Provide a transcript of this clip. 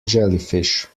jellyfish